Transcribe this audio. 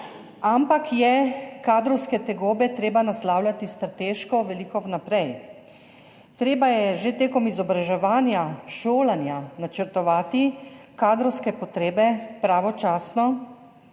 ampak je kadrovske tegobe treba naslavljati strateško veliko vnaprej. Treba je že med izobraževanjem, šolanjem načrtovati kadrovske potrebe pravočasno,